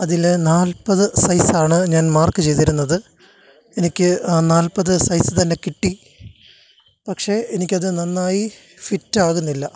അതില്ൽ നാൽപ്പത് സൈസ് ആണ് ഞാൻ മാർക്ക് ചെയ്തിരുന്നത് എനിക്ക് ആ നാൽപ്പത് സൈസ്സ് തന്നെ കിട്ടി പക്ഷെ എനിക്കത് നന്നായി ഫിറ്റ് ആകുന്നില്ല